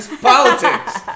politics